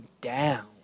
down